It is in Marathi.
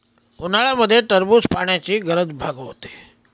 उन्हाळ्यामध्ये टरबूज पाण्याची गरज भागवते